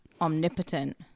omnipotent